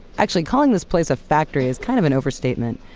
actually, calling this place a factory is kind of an overstatement.